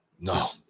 No